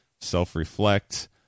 self-reflect